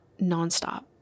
nonstop